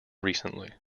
recently